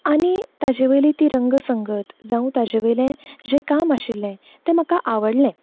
आनी ताजे वयली ती रंग संगत जांव ताजे वयलें जें काम आशिल्लें तें म्हाका आवडलें